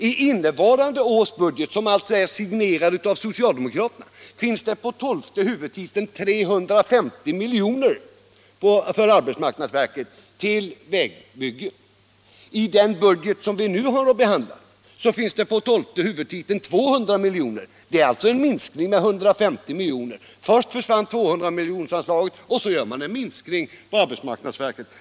I innevarande års budget, som alltså är signerad av socialdemokraterna, finns det under tolfte huvudtiteln 350 milj.kr. för arbetsmarknadsverket till vägbygge. I den budget som vi nu har att behandla finns det på tolfte huvudtiteln 200 milj.kr. Det är alltså en minskning med 150 milj.kr. Först försvann 200-miljonersanslaget, och så gör man en minskning för arbetsmarknadsverket.